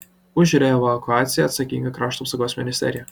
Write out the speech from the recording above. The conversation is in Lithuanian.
už reevakuaciją atsakinga krašto apsaugos ministerija